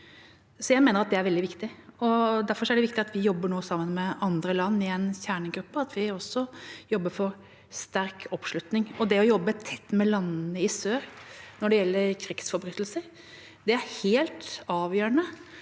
jeg mener det er veldig viktig. Derfor er det viktig at vi nå jobber sammen med andre land i en kjernegruppe, at vi også jobber for sterk oppslutning. Det å jobbe tett med landene i sør når det gjelder krigsforbrytelser, er helt avgjørende